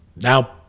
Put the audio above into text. Now